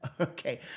okay